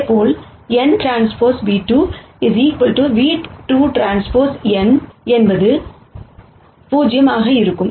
இதேபோல் nTν₂ v2Tn என்பதும் 0 ஆக இருக்கும்